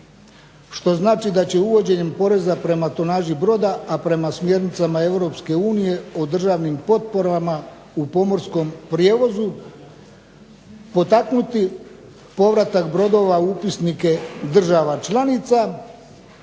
Što znači da će uvođenje poreza prema tonaži broda a prema smjernicama Europske unije o državnim potporama u pomorskom prijevozu potaknuti povratak brodova u upisnike država članica.